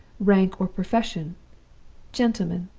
rank or profession' gentleman.